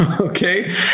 Okay